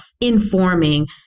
informing